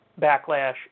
backlash